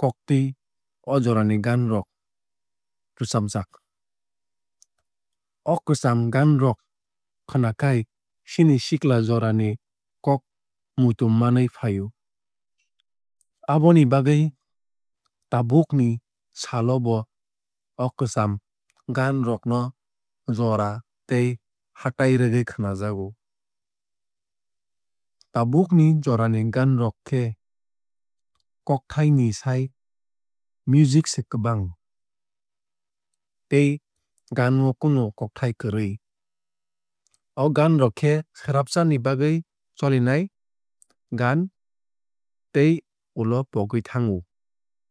koktwui o jorani gaan rok rwchabjak. O kwcham gaan rok khwnakhai chini sikla jorani kok muitu manui fai o. Aboni bagwui tabuk ni salo bo o kwcham gaan rok no jora tei hatai rwgui khwnajago. Tabukni jorani gaan rok khe kokthai ni sai music se kwbang tei gaan o kunu kokthai kwrwui. O gaan rok khe swrabsa ni bagwui cholinai gaan tei ulo pogui thango.